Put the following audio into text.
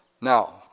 Now